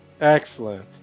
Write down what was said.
excellent